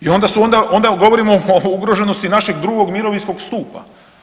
I onda govorimo o ugroženosti našeg drugog mirovinskog stupa.